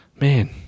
man